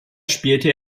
spielte